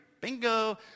Bingo